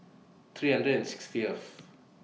three hundred and sixtieth